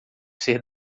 ser